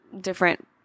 different